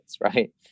right